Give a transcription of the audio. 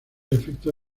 efecto